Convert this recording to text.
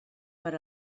per